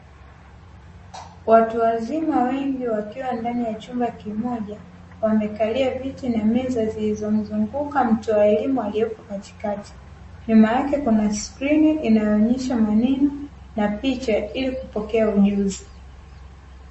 Watu wazima wengi wakiwa ndani ya chumba kimoja, wamekalia viti na meza zilizo mzunguka mtoa elimu akiwa katikati, huku nyuma yake kuna ubao unaonesha maneno na picha ili kupokea ujuzi.